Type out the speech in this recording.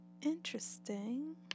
interesting